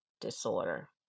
disorder